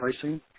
pricing